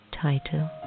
title